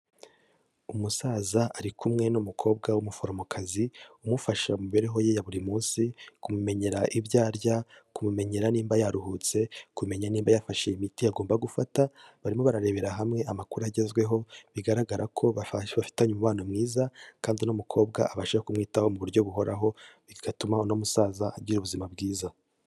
Umusaza ari kumwe n'umukobwa w'umuforomokazi umufasha mu mibereho ye ya buri munsi, kumumenyera ibyo arya, kumumenyera nimba yaruhutse, kumenya nimba yafashe imiti agomba gufata, barimo bararebera hamwe amakuru agezweho, bigaragara ko bafitanye umubano mwiza, kandi uno mukobwa abasha kumwitaho mu buryo buhoraho bigatuma uno musaza agira ubuzima bwiza.